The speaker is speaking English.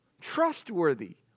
trustworthy